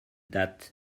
that